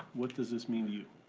what does this mean to you?